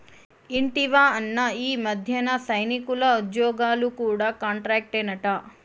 ఇంటివా అన్నా, ఈ మధ్యన సైనికుల ఉజ్జోగాలు కూడా కాంట్రాక్టేనట